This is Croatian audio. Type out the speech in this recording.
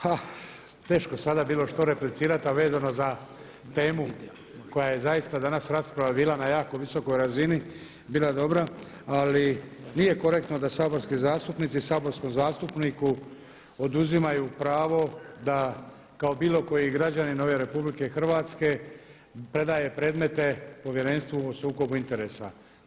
Ha, teško je sada bilo što replicirati, a vezano za temu koja je zaista danas rasprava bila na jako visokoj razini bila dobra, ali nije korektno da saborski zastupnici saborskom zastupniku oduzimaju pravo da kao bilo koji građanin ove RH predaje predmete Povjerenstvu o sukobu interesa.